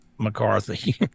McCarthy